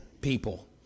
people